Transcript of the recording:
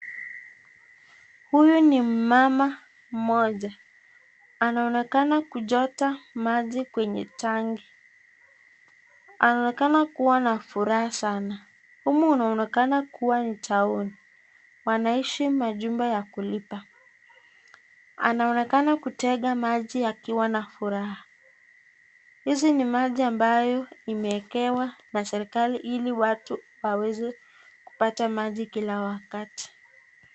Huyu ni mmama mmoja, anaonekana kuchota kwenye tangi. Anaonekana kuwa na furaha sana. Humu kunaonekana ni taoni. Wanaishi majumba ya kulipa. Anaonekana kutega mazi akiwa na furaha. Hizi ni maji ambayo imekewa na serkali ili watu waweze kupata mazi kila wakati.